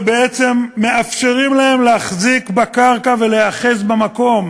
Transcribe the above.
ובעצם מאפשרים להם להחזיק בקרקע ולהיאחז במקום,